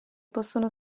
possono